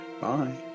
Bye